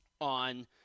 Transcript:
on